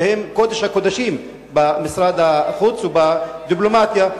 שהם קודש הקודשים במשרד החוץ ובדיפלומטיה,